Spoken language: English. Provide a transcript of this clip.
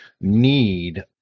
need